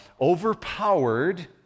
overpowered